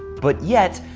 but yet,